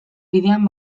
bidean